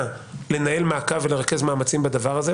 לנהל מעקב ולרכז מאמצים בדבר הזה,